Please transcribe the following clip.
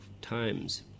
Times